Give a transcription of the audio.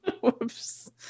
Whoops